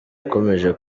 akomeje